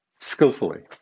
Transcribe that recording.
skillfully